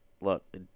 look